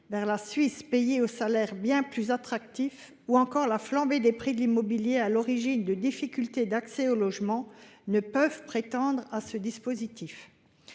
vers la Suisse, pays aux salaires bien plus attractifs, ou encore la flambée des prix de l’immobilier, source de bien des difficultés d’accès au logement, ne peuvent prétendre à ce dispositif.